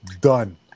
Done